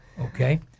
Okay